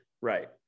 Right